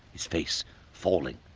his face falling,